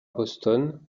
boston